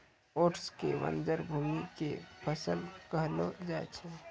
oats कॅ बंजर भूमि के फसल कहलो जाय छै